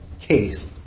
case